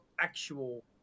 actual